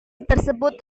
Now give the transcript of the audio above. tersebut